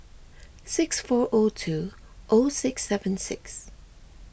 six four O two O six seven six